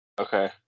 Okay